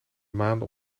maande